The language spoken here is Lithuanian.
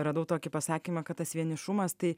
radau tokį pasakymą kad tas vienišumas tai